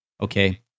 okay